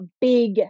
big